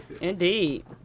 Indeed